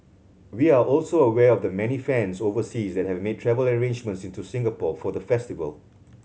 we are also aware of the many fans overseas that have made travel arrangements into Singapore for the festival